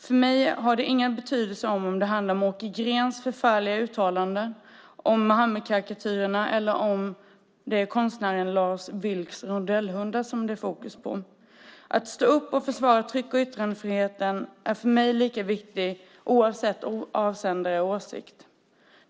För mig har det ingen betydelse om fokus gäller Åke Greens förfärliga uttalanden, Muhammedkarikatyrerna eller konstnären Lars Vilks rondellhundar. Att stå upp och försvara tryck och yttrandefriheten är för mig lika viktigt oavsett avsändare och åsikt.